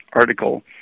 article